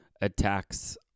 attacks